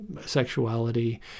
sexuality